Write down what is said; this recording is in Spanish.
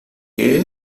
qué